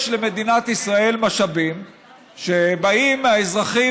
יש למדינת ישראל משאבים שבאים מהאזרחים